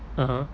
(uh huh)